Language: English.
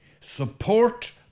Support